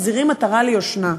מחזירים עטרה ליושנה.